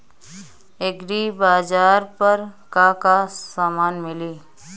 एग्रीबाजार पर का का समान मिली?